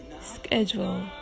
schedule